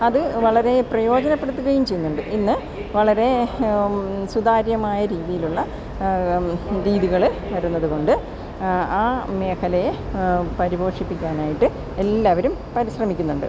അതു വളരെ പ്രയോജനപ്പെടുത്തുകയും ചെയ്യുന്നുണ്ട് ഇന്ന് വളരെ സുതാര്യമായ രീതിയിലുള്ള രീതികള് വരുന്നതുകൊണ്ട് ആ മേഖലയെ പരിപോഷിപ്പിക്കാനായിട്ട് എല്ലാവരും പരിശ്രമിക്കുന്നുണ്ട്